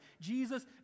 Jesus